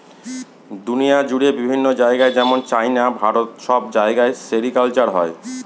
দুনিয়া জুড়ে বিভিন্ন জায়গায় যেমন চাইনা, ভারত সব জায়গায় সেরিকালচার হয়